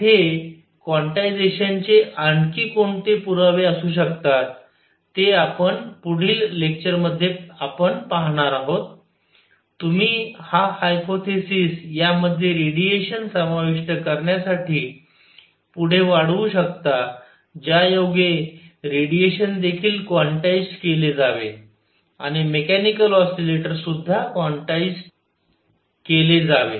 तिथे क्वान्टायझेशनचे आणखी कोणते पुरावे असू शकतात ते आपण पुढील लेक्चर मध्ये आपण पाहणार आहोत तुम्ही हा हायपोथेसिस यामध्ये रेडिएशन समाविष्ट करण्यासाठी पुढे वाढवू शकता ज्यायोगे रेडिएशन देखील क्वान्टाइज्ड केले जावे आणि मेकॅनिकल ऑसिलेटर सुद्धा क्वांटाईझ केले जावे